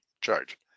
charge